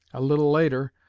a little later,